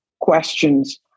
questions